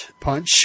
punch